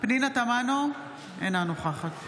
פנינה תמנו, אינה נוכחת